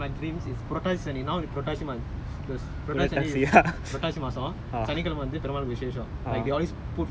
ya so the perumal temple right so I went there I remember like in my dream is Purattasi Sani Purattasi மண்:purattaasi sani purattaasi mann